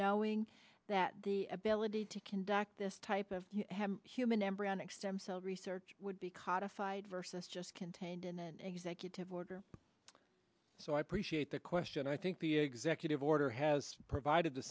knowing that the ability to conduct this type of human embryonic stem cell research would be codified versus just contained in an executive order so i appreciate that question i think the executive order has provided the